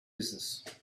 business